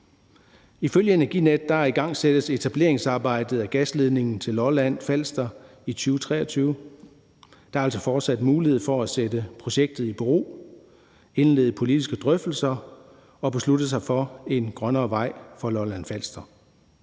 Ifølge Energinet igangsættes etableringsarbejdet af gasledningen til Lolland-Falster i 2023, så der er altså fortsat mulighed for at sætte projektet i bero, indlede politiske drøftelser og beslutte sig for en grønnere vej for Lolland-Falster.